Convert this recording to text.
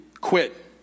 quit